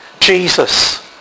Jesus